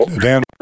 Dan